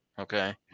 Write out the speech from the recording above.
Okay